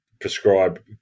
prescribe